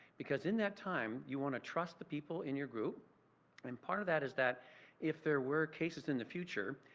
because in that time, you want to trust the people in your group and part of that is if there were cases in the future,